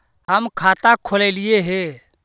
हम खाता खोलैलिये हे?